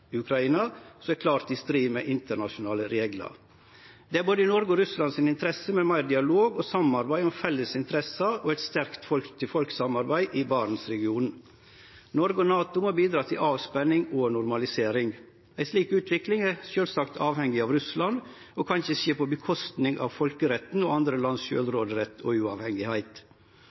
som er klart i strid med internasjonale reglar. Det er i både Noreg og Russland si interesse å ha meir dialog og samarbeid om felles interesser og eit sterkt folk-til-folk-samarbeid i Barentsregionen. Noreg og NATO må bidra til avspenning og normalisering. Ei slik utvikling er sjølvsagt avhengig av Russland og kan ikkje skje på kostnad av folkeretten og på kostnad av sjølvråderetten og sjølvstendet til andre